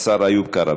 השר איוב קרא.